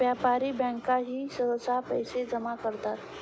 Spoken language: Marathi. व्यापारी बँकाही सहसा पैसे जमा करतात